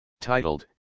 titled